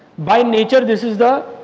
by nature, this is the